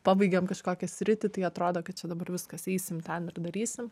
pabaigėm kažkokią sritį tai atrodo kad čia dabar viskas eisim ten ir darysim